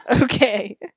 Okay